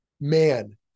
man